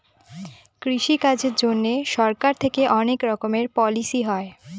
কৃষি কাজের জন্যে সরকার থেকে অনেক রকমের পলিসি হয়